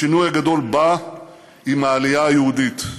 השינוי הגדול בא עם העלייה היהודית.